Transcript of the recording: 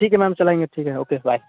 ठीक है मैम चलेंगे ठीक है ओके बाए